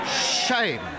shame